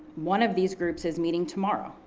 one of these groups is meeting tomorrow.